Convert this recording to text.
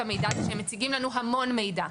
המידע זה שהם מציגים לנו המון מידע.